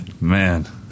man